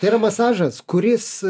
tai yra masažas kuris